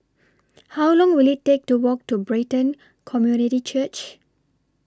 How Long Will IT Take to Walk to Brighton Community Church